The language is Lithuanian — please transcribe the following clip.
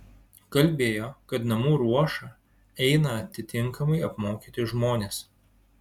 kalbėjo kad namų ruošą eina atitinkamai apmokyti žmonės